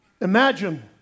Imagine